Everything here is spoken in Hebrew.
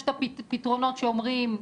יש את הפתרונות שאומרים,